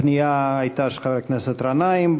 הפנייה בנושא הזה הייתה של חבר הכנסת גנאים,